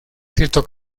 cierto